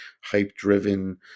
hype-driven